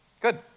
Good